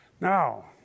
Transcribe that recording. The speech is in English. Now